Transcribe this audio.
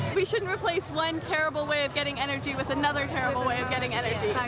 we shouldn't replace one terrible way of getting energy with another terrible way of getting energy.